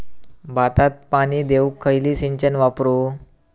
भाताक पाणी देऊक खयली सिंचन वापरू?